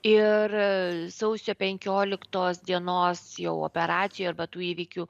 ir sausio penkioliktos dienos jau operacija arba tų įvykių